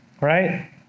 Right